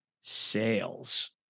sales